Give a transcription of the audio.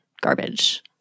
garbage